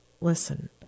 Listen